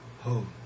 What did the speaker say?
home